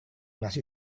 nasi